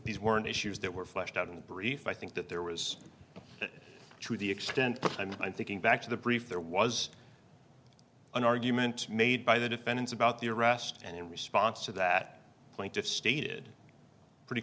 these weren't issues that were fleshed out in the brief i think that there was to the extent i'm thinking back to the brief there was an argument made by the defendants about the arrest and in response to that plaintiff's stated pretty